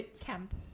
camp